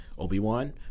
Obi-Wan